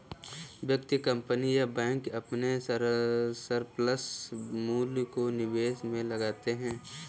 व्यक्ति, कंपनी या बैंक अपने सरप्लस मूल्य को निवेश में लगाते हैं